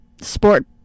Sport